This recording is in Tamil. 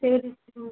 சரி சரிங்க